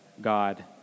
God